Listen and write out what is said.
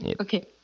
Okay